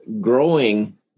growing